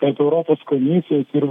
tarp europos komisijos ir